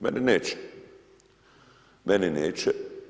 Meni neće, meni neće.